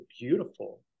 beautiful